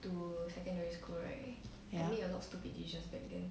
ya